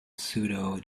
pseudo